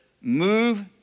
move